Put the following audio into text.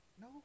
No